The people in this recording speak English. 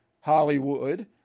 Hollywood